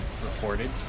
reported